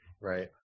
Right